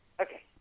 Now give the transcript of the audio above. Okay